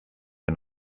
and